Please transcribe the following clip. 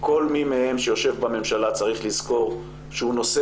כל מי מהם שיושב בממשלה צריך לזכור שהוא נושא